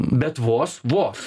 bet vos vos